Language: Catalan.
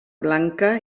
blanca